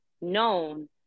known